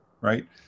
right